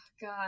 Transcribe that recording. God